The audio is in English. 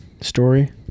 Story